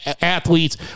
athletes